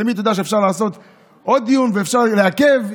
תמיד אתה יודע שאפשר לקיים עוד דיון ואפשר יהיה לעכב.